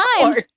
times